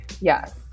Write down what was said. Yes